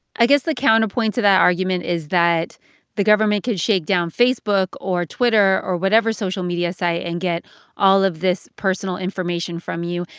i guess the counterpoint to that argument is that the government could shake down facebook or twitter or whatever social media site and get all of this personal information from you.